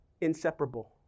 inseparable